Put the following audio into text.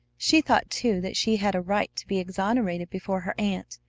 she thought, too, that she had a right to be exonerated before her aunt.